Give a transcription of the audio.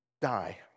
Die